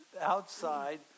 Outside